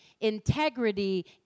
integrity